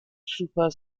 super